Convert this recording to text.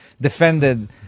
defended